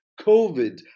COVID